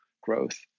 growth